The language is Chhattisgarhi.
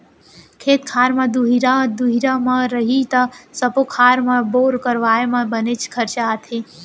खेत खार मन दुरिहा दुरिहा म रही त सब्बो खार म बोर करवाए म बनेच खरचा आथे